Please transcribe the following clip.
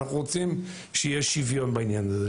אנחנו רוצים שיהיה שוויון בעניין הזה.